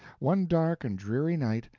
one dark and dreary night,